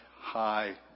high